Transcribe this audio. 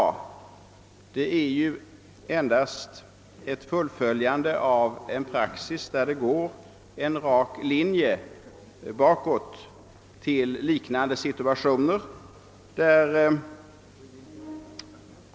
I dag gäller det endast fullföljandet av en praxis, som tidigare tillämpats i liknande situationer.